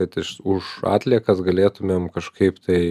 kad iš už atliekas galėtumėm kažkaip tai